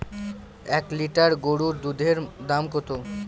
এক লিটার গরুর দুধের দাম কত?